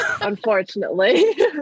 Unfortunately